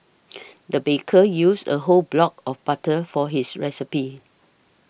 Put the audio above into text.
the baker used a whole block of butter for his recipe